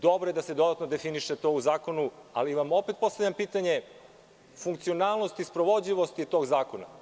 Dobro je da se dodatno definiše to u zakonu, ali vam opet postavljam pitanje funkcionalnosti, sprovodljivosti tog zakona.